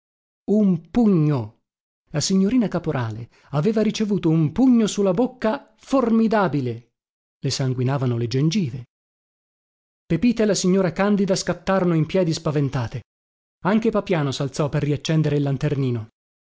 un pugno la signorina caporale aveva ricevuto un pugno su la bocca formidabile le sanguinavano le gengive pepita e la signora candida scattarono in piedi spaventate anche papiano salzò per riaccendere il lanternino